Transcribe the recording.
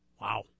Wow